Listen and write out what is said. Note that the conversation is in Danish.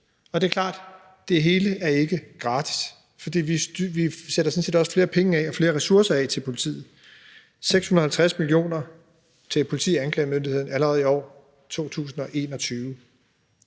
Det er klart, at det hele ikke er gratis, fordi vi sådan set også sætter flere penge af og flere ressourcer af til politiet. Det er 650 mio. kr. til politi og anklagemyndigheden allerede i år i 2021.